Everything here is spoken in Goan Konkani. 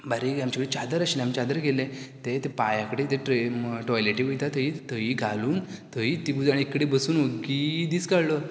बारीक आमचे कडेन चादर आशिल्ली आमी चादर घेयलें तें पांयाकडेन तें ट्रेन टाॅयलेटी वयता थंय थंयूय घालून थंयीय तिगूय जाण एक कडेन बसून ओगी दीस काडलो